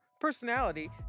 personality